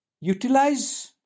utilize